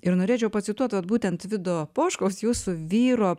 ir norėčiau pacituoti būtent vido poškaus jūsų vyro